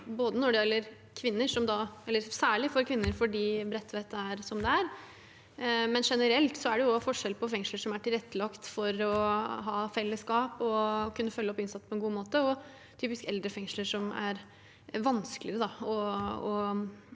særlig for kvinner, og Bredtveit er som det er, men også generelt, for det er jo forskjell på fengsler som er tilrettelagt for å ha fellesskap og kunne følge opp innsatte på en god måte, og typisk eldre fengsler, hvor det er vanskeligere